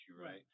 right